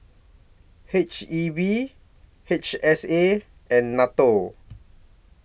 H E B H S A and NATO